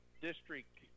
district